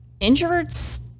Introverts